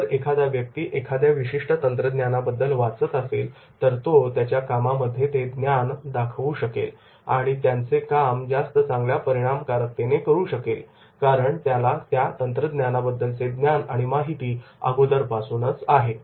जर एखादा व्यक्ती एखाद्या विशिष्ट तंत्रज्ञानाबद्दल वाचत असेल तर तो त्याच्या कामांमध्ये ते ज्ञान दाखवू शकेल आणि त्याचे काम जास्त चांगल्या परिणामकारकतेने करू शकेल कारण त्याला त्या तंत्रज्ञानाबद्दलचे ज्ञान आणि माहिती अगोदरपासूनच आहे